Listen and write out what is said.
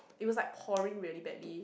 it was like pouring really badly